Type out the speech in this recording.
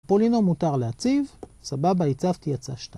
פולינום מותר להציב, סבבה, הצבתי, יצא 2